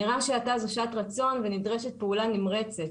נראה שעתה היא שעת רצון ונדרשת פעולה נמרצת.